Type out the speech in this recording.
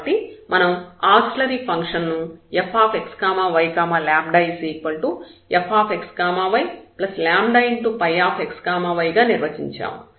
కాబట్టి మనం auxiliary function ను Fxyλfxyλϕxy గా నిర్వచించాము